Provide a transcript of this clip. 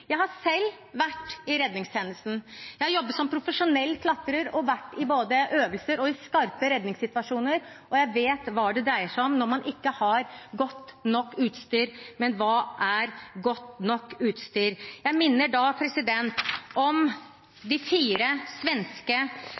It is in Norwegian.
Jeg har selv vært i redningstjenesten. Jeg har jobbet som profesjonell klatrer og har vært i både øvelser og skarpe redningssituasjoner. Jeg vet hva det dreier seg om når man ikke har godt nok utstyr. Men hva er godt nok utstyr? Jeg minner om de fire svenske